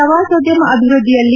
ಪ್ರವಾಸೋದ್ಯಮ ಅಭಿವೃದ್ದಿಯಲ್ಲಿ